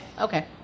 okay